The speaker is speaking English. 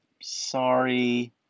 Sorry